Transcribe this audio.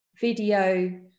video